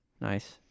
Nice